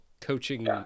coaching